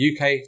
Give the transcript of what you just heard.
UK